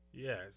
Yes